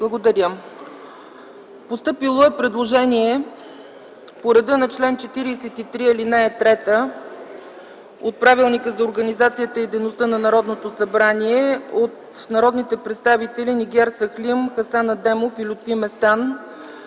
е прието. Постъпило е предложение, по реда на чл. 43, ал. 3 от Правилника за организацията и дейността на Народното събрание, от народните представители Нигяр Сахлим, Хасан Адемов и Лютви Местан